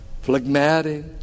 Phlegmatic